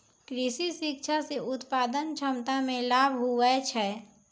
कृषि शिक्षा से उत्पादन क्षमता मे लाभ हुवै छै